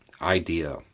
idea